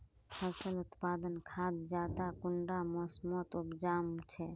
फसल उत्पादन खाद ज्यादा कुंडा मोसमोत उपजाम छै?